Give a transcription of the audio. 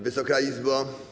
Wysoka Izbo!